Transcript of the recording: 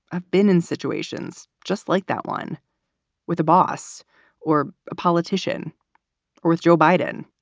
i've been in situations just like that one with a boss or a politician or with joe biden.